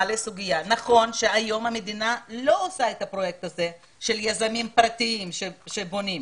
נכון שהמדינה היום לא עושה את הפרויקט הזה של יזמים פרטיים שבונים.